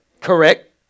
correct